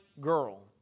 girl